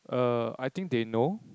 err I think they know